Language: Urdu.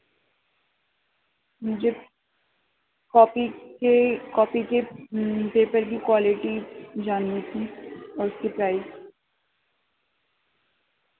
مجھے کاپی کے کاپی کے پیپر کی کوالٹی جاننی تھی اور اس کی پرائز